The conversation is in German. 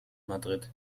madrid